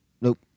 Nope